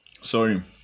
sorry